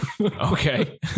Okay